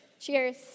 Cheers